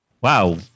Wow